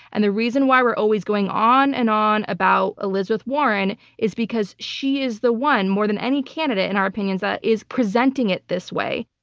and the reason why we're always going on and on about elizabeth warren is because she is the one more than any candidate, in our opinions, that is presenting it this way.